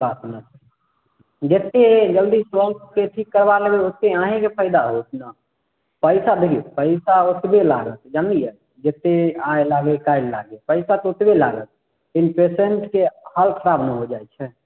कातमे जतेक जल्दी स्वस्थके ठीक करबा लेबै ओत्तेक अहीँके फयदा होयत ने पैसा देखिऔ पैसा ओतबे लागत जनलियै जतेक आइ लागए काल्हि लागए पैसा तऽ ओतबे लागत लेकिन पेशेन्टके हालत खराब नहि हो जाइत छै